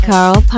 Carl